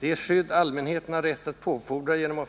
Det skydd allmänheten har rätt påfordra genom att